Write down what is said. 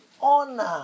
honor